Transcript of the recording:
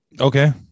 Okay